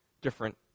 different